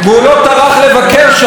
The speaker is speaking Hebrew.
מאז שהתחילו האירועים שם.